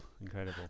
Incredible